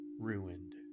ruined